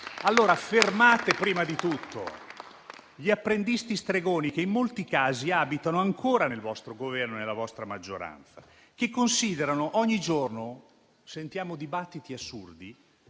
Fermate prima di tutto gli apprendisti stregoni che in molti casi abitano ancora nel vostro Governo e nella vostra maggioranza: ogni giorno sentiamo dibattiti assurdi